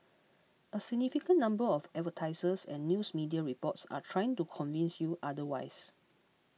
a significant number of advertisers and news media reports are trying to convince you otherwise